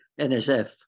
NSF